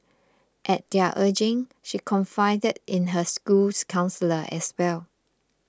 at their urging she confided in her school's counsellor as well